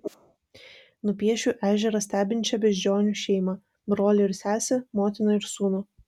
nupiešiu ežerą stebinčią beždžionių šeimą brolį ir sesę motiną ir sūnų